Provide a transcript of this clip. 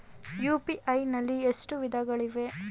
UPI ನಲ್ಲಿ ಎಷ್ಟು ವಿಧಗಳಿವೆ?